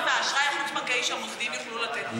מהאשראי החוץ-בנקאי שהמוסדיים יוכלו לתת.